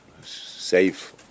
safe